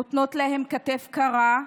נותנות להם כתף קרה.